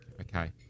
okay